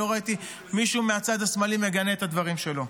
אני לא ראיתי מישהו מהצד השמאלי מגנה את הדברים שלו.